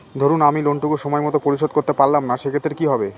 ধরুন আমি লোন টুকু সময় মত পরিশোধ করতে পারলাম না সেক্ষেত্রে কি হবে?